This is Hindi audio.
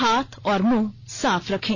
हाथ और मुंह साफ रखें